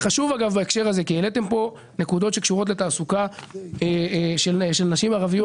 העליתם פה נקודות שקשורות לתעסוקה של נשים ערביות.